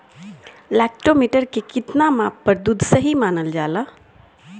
Lactometer के कितना माप पर दुध सही मानन जाला?